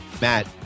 Matt